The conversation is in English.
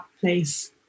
place